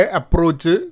approach